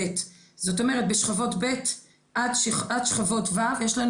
זאת אומרת בשכבות ב' עד שכבות ו' יש לנו